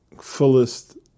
fullest